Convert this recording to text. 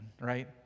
right